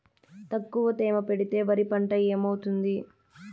తక్కువ తేమ పెడితే వరి పంట ఏమవుతుంది